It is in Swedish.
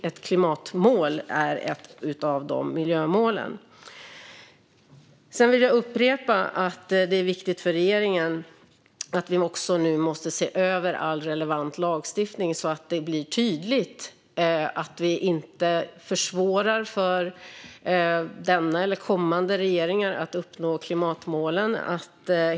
Ett klimatmål är ett av dessa miljömål. Jag vill upprepa att det är viktigt för regeringen att vi ser över all relevant lagstiftning så att det blir tydligt att vi inte försvårar för denna eller kommande regeringar att uppnå klimatmålen.